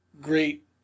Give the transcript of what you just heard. great